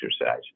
exercise